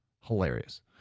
Hilarious